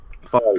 Five